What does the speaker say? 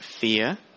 fear